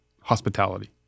hospitality